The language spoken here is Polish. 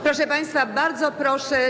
Proszę państwa, bardzo proszę.